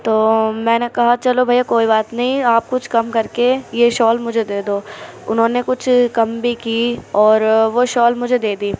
تو میں نے کہا چلو بھیا کوئی بات نہیں آپ کچھ کم کر کے یہ شال مجھے دے دو اُنہوں نے کچھ کم بھی کی اور وہ شال مجھے دے دی